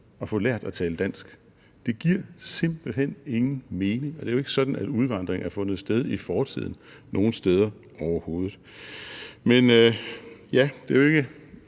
at få lært at tale dansk. Det giver simpelt hen ingen mening. Det er jo ikke sådan, udvandring har fundet sted i fortiden nogen steder overhovedet. Men det er jo ikke